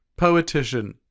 Poetician